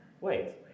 Wait